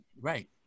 Right